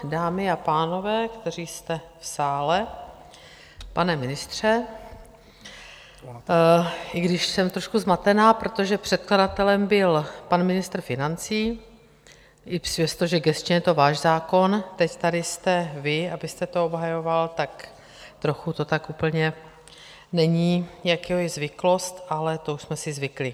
Dámy a pánové, kteří jste v sále, pane ministře, i když jsem trošku zmatená, protože předkladatelem byl pan ministr financí i přesto, že gesčně je to váš zákon, teď tady jste vy, abyste to obhajoval, tak trochu tak úplně není zvyklost, ale to už jsme si zvykli.